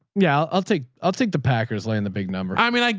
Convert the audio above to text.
yeah. i'll i'll take, i'll take the packers lay in the big numbers. i mean like